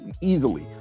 easily